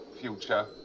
future